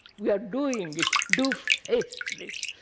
we are doing it. do face this.